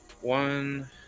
one